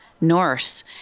Norse